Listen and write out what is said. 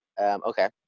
Okay